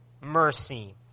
mercy